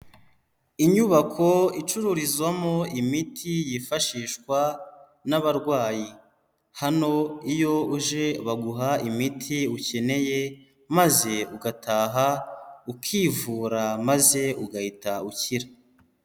Inyubako icururizwamo imiti yifashishwa n'abarwayi, hano iyo uje baguha imiti ukeneye maze ugataha ukivura maze ugahita ukira.